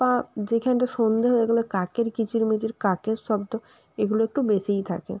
বা যেখানটা সন্ধে হয়ে গেলে কাকের কিচির মিচির কাকের শব্দ এগুলো একটু বেশিই থাকে